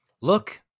Look